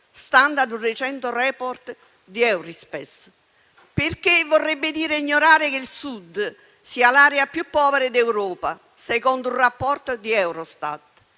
stando a un recente *report* di Eurispes. Vorrebbe dire ignorare che il Sud sia l'area più povera d'Europa, secondo un rapporto di Eurostat.